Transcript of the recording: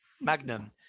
Magnum